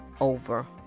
over